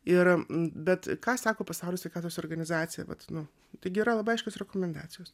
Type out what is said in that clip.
ir bet ką sako pasaulio sveikatos organizacija vat nu taigi yra labai aiškios rekomendacijos